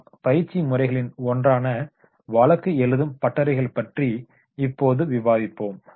இந்த பயிற்சி முறைகளின் ஒன்றான வழக்கு எழுத்துப்பயிற்சி ஒர்க்கஷாப் பற்றி நாம் இப்போது விவாதிப்போம்